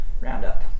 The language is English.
roundup